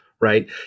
right